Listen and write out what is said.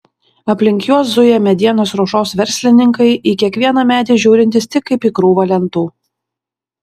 aplink juos zuja medienos ruošos verslininkai į kiekvieną medį žiūrintys tik kaip į krūvą lentų